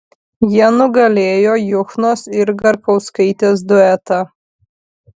jie nugalėjo juchnos ir garkauskaitės duetą